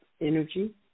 energy